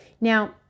Now